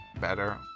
better